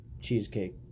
cheesecake